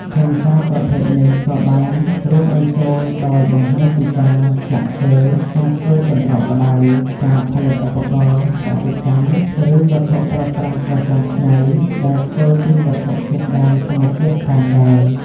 ខ្លឹមសារប្រភេទនេះក៏បានរួមបញ្ចូលដោយបង្ហាញពីការ ឆ្លាក់ឈើ ការធ្វើកន្ត្រកផ្តៅ ការផលិតឧបករណ៍កសិកម្ម ឬ វត្ថុប្រើប្រាស់ប្រចាំថ្ងៃដែលធ្វើពីវត្ថុធាតុដើមធម្មជាតិផងដែរ។